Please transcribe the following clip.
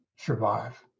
Survive